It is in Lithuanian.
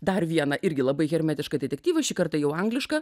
dar vieną irgi labai hermetišką detektyvą šį kartą jau anglišką